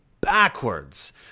backwards